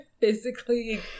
physically